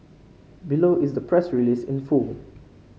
below is the press release in full